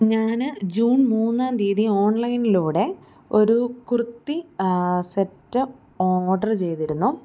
ഞാന് ജൂൺ മൂന്നാം തീയതി ഓൺലൈനിലൂടെ ഒരു കുർത്തി സെറ്റ് ഓഡര് ചെയ്തിരുന്നു